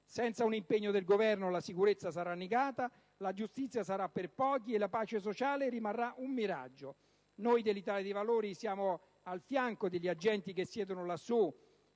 Senza un impegno del Governo, la sicurezza sarà negata, la giustizia sarà per pochi e la pace sociale rimarrà un miraggio. Noi dell'Italia dei Valori siamo al fianco degli agenti che siedono in